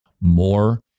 more